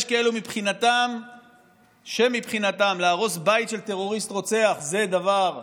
יש כאלו שמבחינתם להרוס בית של טרוריסט רוצח זה דבר סביר,